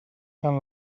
tant